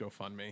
GoFundMe